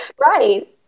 right